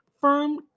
firm